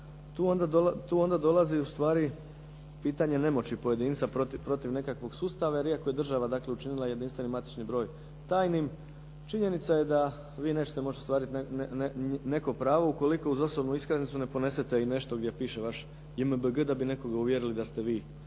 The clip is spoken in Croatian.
tu onda dolazi ustvari pitanje nemoći pojedinca protiv nekakvog sustava, jer iako je država učinila jedinstveni matični broj tajnim, činjenica je da vi nećete moći ostvariti neko pravo ukoliko uz osobnu iskaznicu ne ponesete i nešto gdje piše vaš JMBG da bi nekoga uvjerili da ste vi